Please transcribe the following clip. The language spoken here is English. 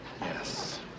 Yes